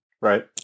Right